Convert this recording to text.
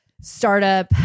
startup